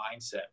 Mindset